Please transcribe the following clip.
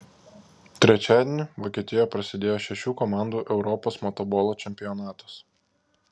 trečiadienį vokietijoje prasidėjo šešių komandų europos motobolo čempionatas